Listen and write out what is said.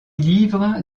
livre